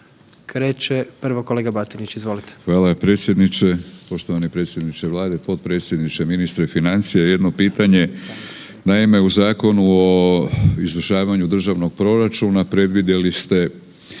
Kreće prvo kolega Batinić. Izvolite. **Batinić, Milorad (HNS)** Hvala predsjedniče. Poštovani predsjedniče Vlade, potpredsjedniče ministre financija. Jedno pitanje. Naime, u Zakonu o izvršavanju državnog proračuna predvidjeli ste